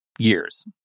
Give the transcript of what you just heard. years